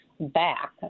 back